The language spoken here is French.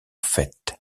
faite